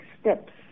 steps